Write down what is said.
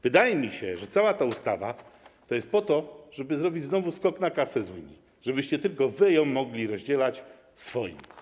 Wydaje mi się, że cała ta ustawa jest po to, żeby zrobić znowu skok na kasę z Unii, żebyście tylko wy ją mogli rozdzielać swoim.